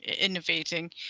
innovating